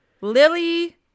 Lily